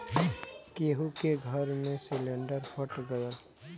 केहु के घर मे सिलिन्डर फट गयल